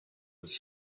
was